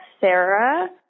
Sarah